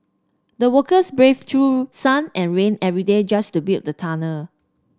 the workers braved through sun and rain every day just to build the tunnel